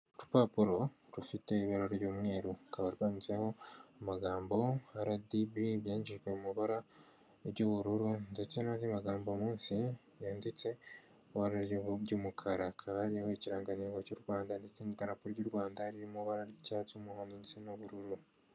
Urupapuro rufite ibara ry'umweru rukaba rwanditseho amagambo RDB byandikishijwe mu ibara ry'ubururu ndetse n'andi magambo munsi yanditse mu ibara ry'umukara, hakaba 'ikiranganrenngo cy'u Rwanda ndetse n'iterambere ry'u Rwanda riri mubara ry'icyatsi, umuhodo ndetse n'ubururu.